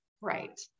Right